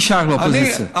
אני שייך לאופוזיציה.